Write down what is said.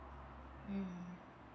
mm